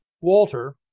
Walter